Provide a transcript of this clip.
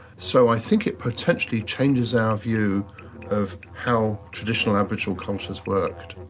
so i think it potentially changes our view of how traditional aboriginal cultures worked.